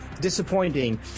disappointing